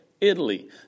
Italy